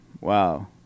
Wow